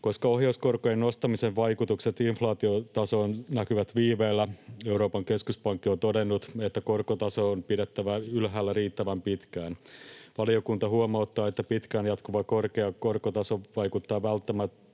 Koska ohjauskorkojen nostamisen vaikutukset inflaatiotasoon näkyvät viiveellä, Euroopan keskuspankki on todennut, että korkotaso on pidettävä ylhäällä riittävän pitkään. Valiokunta huomauttaa, että pitkään jatkuva korkea korkotaso vaikuttaa väistämättä